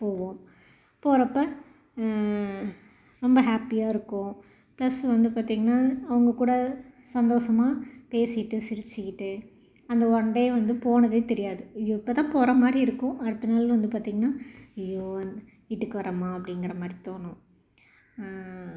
போவோம் போகிறப்ப ரொம்ப ஹாப்பியாக இருக்கும் பிளஸ் வந்து பார்த்திங்கன்னா அவங்ககூட சந்தோஷமாக பேசிகிட்டு சிரிச்சுக்கிட்டு அந்த ஒன் டே வந்து போனதே தெரியாது ஐயோ இப்போதான் போறமாதிரி இருக்கும் அடுத்த நாள் வந்து பார்த்திங்கன்னா ஐயோ வீட்டுக்கு வரோமா அப்படிங்குறமாரி தோணும்